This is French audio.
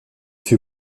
fut